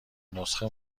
نسخه